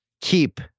keep